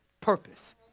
purpose